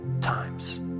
times